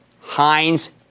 Heinz